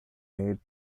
made